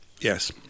Yes